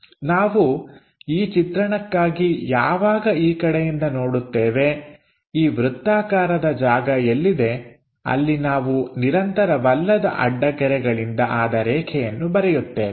ನಾವು ಈ ಚಿತ್ರಣಕ್ಕಾಗಿ ಯಾವಾಗ ಈ ಕಡೆಯಿಂದ ನೋಡುತ್ತೇವೆ ಈ ವೃತ್ತಾಕಾರದ ಜಾಗ ಎಲ್ಲಿದೆ ಅಲ್ಲಿ ನಾವು ನಿರಂತರವಲ್ಲದ ಅಡ್ಡಗೆರೆಗಳಿಂದ ಆದ ರೇಖೆಯನ್ನು ಬರೆಯುತ್ತೇವೆ